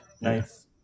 Nice